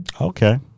Okay